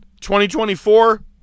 2024